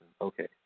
okay